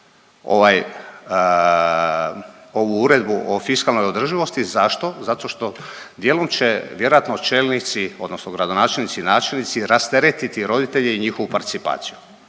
ovu Uredbu o fiskalnoj održivosti. Zašto? Zato što dijelom će vjerojatno čelnici odnosno gradonačelnici i načelnici rasteretiti roditelje i njihovu participaciju.